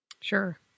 Sure